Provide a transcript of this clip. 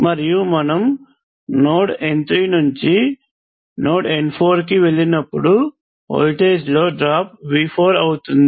మరియు మనము node n3 నుండి నోడ్ n4 కి వెళ్ళినప్పుడు వోల్టేజ్ లో డ్రాప్ V4 అవుతుంది